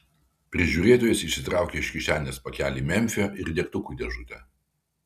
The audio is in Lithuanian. prižiūrėtojas išsitraukė iš kišenės pakelį memfio ir degtukų dėžutę